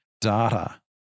data